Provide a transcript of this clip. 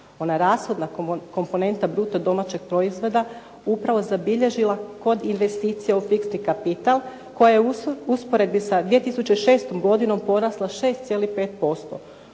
ona rashodna komponenta bruto domaćeg proizvoda upravo zabilježila kod investicije u fiksni kapital koja je u usporedbi sa 2006. godinom porasla 6,5%.